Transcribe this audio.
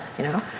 you know.